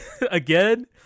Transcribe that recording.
Again